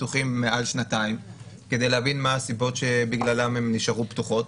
פתוחים מעל שנתיים כדי להבין מה הסיבות שבגללן הן נשארו פתוחות.